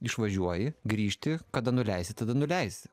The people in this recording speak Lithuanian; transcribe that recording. išvažiuoji grįžti kada nuleisi tada nuleisi